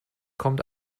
kommt